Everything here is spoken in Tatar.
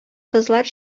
кызлар